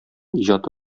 иҗаты